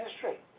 history